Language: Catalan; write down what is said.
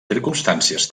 circumstàncies